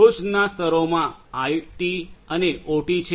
ટોચનો સ્તરમાં આઇટી અને ઓટી છે